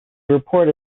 report